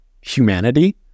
humanity